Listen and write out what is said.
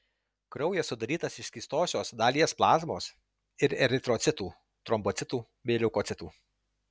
kraujas sudarytas iš skystosios dalies plazmos ir eritrocitų trombocitų bei leukocitų